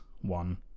one